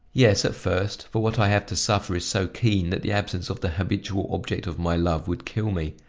yes, at first, for what i have to suffer is so keen that the absence of the habitual object of my love would kill me.